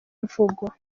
mvugo